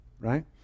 right